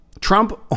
Trump